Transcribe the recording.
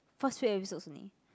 first few episodes only